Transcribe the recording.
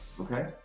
Okay